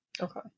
Okay